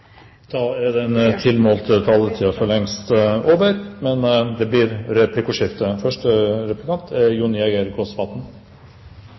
Da er den tilmålte taletid ute. Det blir replikkordskifte.